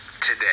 today